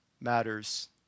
matters